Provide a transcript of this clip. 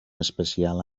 especial